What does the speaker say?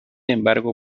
embargo